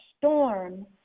storm